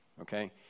okay